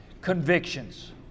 Convictions